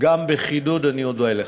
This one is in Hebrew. גם בחידוד, אני אודה לך.